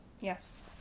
Yes